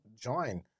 join